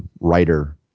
writer